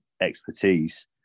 expertise